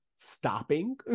stopping